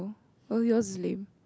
all yours lame